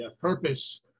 purpose